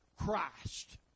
Christ